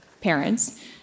parents